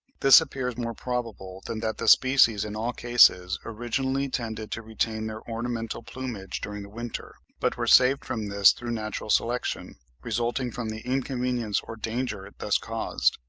this appears more probable than that the species in all cases originally tended to retain their ornamental plumage during the winter, but were saved from this through natural selection, resulting from the inconvenience or danger thus caused.